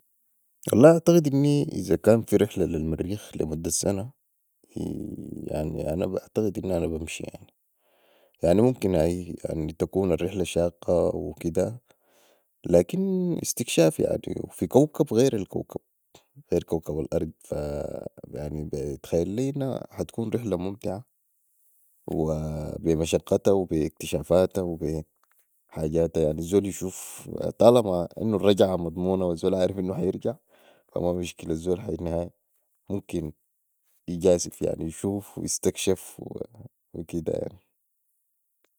والله اعتقد اني إذا كان في رحلة لي المريخ لي مده سنه أنا اعتقد انو أنا يمشي يعني ممكن أي تكون الرحله شاقة وكده لكن استكشاف يعني وفي كوكب غير الكوكب غير كوكب الأرض فا اتخيلي انها ح تكون رحله ممتعه بي مشقتا وبي استكشفاتا وبي حجاتا يعني الزول بشوف طال ما انو الرجعه مضمونه والزول عارف أنو ح يرجع فا مامشكله الزول في النهاية ممكن يجازف يشوف ويستكشف وكده يعني